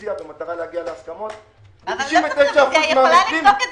רביזיה במטרה להגיע להסכמות- -- לא צריך רביזיה בשביל